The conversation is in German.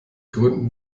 gründen